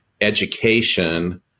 education